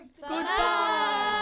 Goodbye